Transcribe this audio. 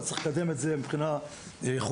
צריך לקדם את זה מבחינה חוקית.